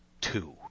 two